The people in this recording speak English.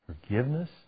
forgiveness